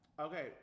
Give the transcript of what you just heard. Okay